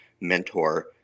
mentor